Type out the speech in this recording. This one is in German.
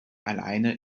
alleine